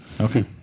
Okay